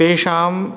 तेषां